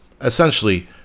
essentially